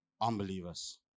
Unbelievers